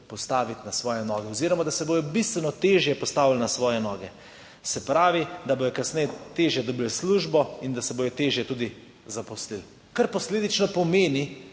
postaviti na svoje noge oziroma da se bodo bistveno težje postavili na svoje noge. Se pravi, da bodo kasneje težje dobili službo in da se bodo težje zaposlili, kar posledično pomeni,